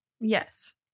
Yes